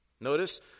Notice